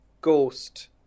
Ghost